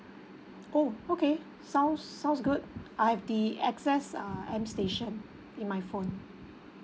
oh okay sounds sounds good I've the access uh M station in my phone